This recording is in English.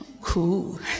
Cool